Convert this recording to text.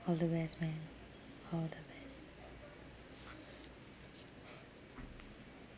all the best man all the best